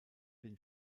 den